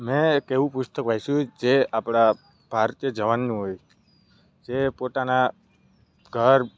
મેં એક એવું પુસ્તક વાંચ્યું જે આપણા ભારતીય જવાનનું હોય જે પોતાના ઘર